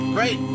Great